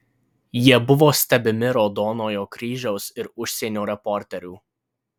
jie buvo stebimi raudonojo kryžiaus ir užsienio reporterių